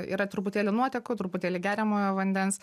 yra truputėlį nuotekų truputėlį geriamojo vandens